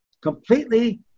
completely